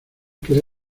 que